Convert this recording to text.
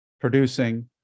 producing